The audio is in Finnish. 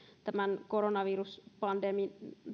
tämän koronaviruspandemian